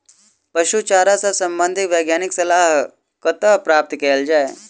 पशु चारा सऽ संबंधित वैज्ञानिक सलाह कतह सऽ प्राप्त कैल जाय?